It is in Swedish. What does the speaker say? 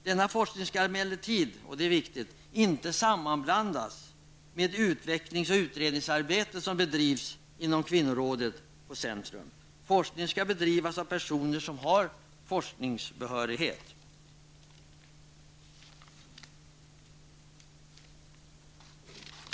Det är emellertid viktigt att denna forskning inte sammanblandas med det utvecklings och utredningsarbete som bedrivs inom kvinnorådet på arbetslivscentrum. Forskningen skall bedrivas av personer som har forskningsbehörighet.